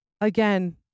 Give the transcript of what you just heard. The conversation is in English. Again